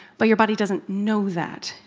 but your body doesn't know that.